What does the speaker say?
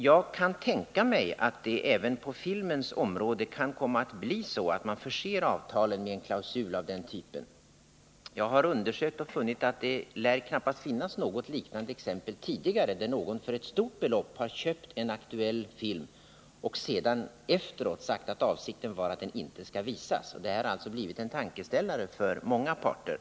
Jag kan tänka mig att det även på filmens område kan komma att bli så att man förser avtalen med en klausul av den typ som jag nämnt. Jag har undersökt saken och funnit att det knappast lär ha funnits något liknande exempel tidigare, där någon för ett stort belopp har köpt en aktuell film och sedan efteråt sagt att avsikten var att den inte skulle visas. Det här har alltså blivit en tankeställare för många parter.